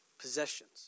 possessions